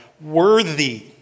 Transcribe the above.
worthy